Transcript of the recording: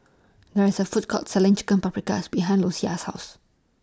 There IS A Food Court Selling Chicken Paprikas behind Louisa's House